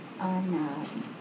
On